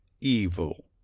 Evil